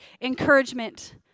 encouragement